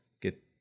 get